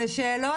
שאלות